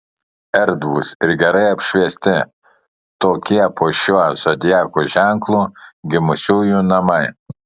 erdvūs ir gerai apšviesti tokie po šiuo zodiako ženklu gimusiųjų namai